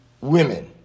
women